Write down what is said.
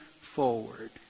forward